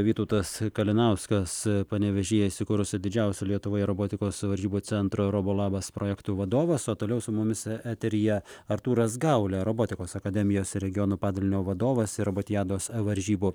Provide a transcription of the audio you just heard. vytautas kalinauskas panevėžyje įsikūrusio didžiausio lietuvoje robotikos varžybų centro robo labas projektų vadovas o toliau su mumis e eteryje artūras gaulė robotikos akademijos ir regiono padalinio vadovas ir rabotijados varžybų